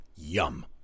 Yum